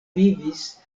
vivis